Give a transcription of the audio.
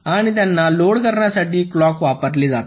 आणि त्याना लोड करण्यासाठी क्लॉक वापरली जाते